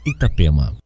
Itapema